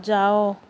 ଯାଅ